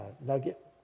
nugget